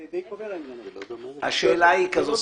האם זה נותן את התוצאה המקווה?